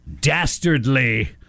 dastardly